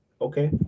Okay